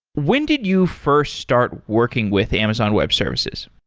when did you first start working with amazon web services?